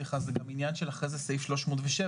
זה גם עניין של אחרי זה סעיף 307,